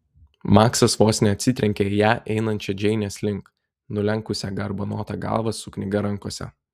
maksas vos neatsitrenkė į ją einančią džeinės link nulenkusią garbanotą galvą su knyga rankose